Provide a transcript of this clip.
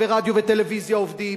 ורדיו וטלוויזיה עובדים,